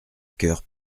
coeur